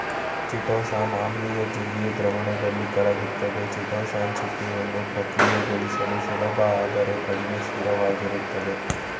chitosan ಆಮ್ಲೀಯ ಜಲೀಯ ದ್ರಾವಣದಲ್ಲಿ ಕರಗ್ತದೆ ಚಿಟೋಸಾನ್ ಚಿಟಿನನ್ನು ಪ್ರಕ್ರಿಯೆಗೊಳಿಸಲು ಸುಲಭ ಆದರೆ ಕಡಿಮೆ ಸ್ಥಿರವಾಗಿರ್ತದೆ